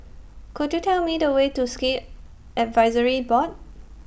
Could YOU Tell Me The Way to Sikh Advisory Board